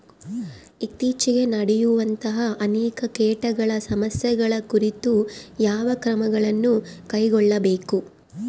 ಇತ್ತೇಚಿಗೆ ನಡೆಯುವಂತಹ ಅನೇಕ ಕೇಟಗಳ ಸಮಸ್ಯೆಗಳ ಕುರಿತು ಯಾವ ಕ್ರಮಗಳನ್ನು ಕೈಗೊಳ್ಳಬೇಕು?